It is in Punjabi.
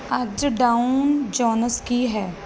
ਅੱਜ ਡਾਉਨ ਜੋਨਸ ਕੀ ਹੈ